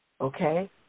okay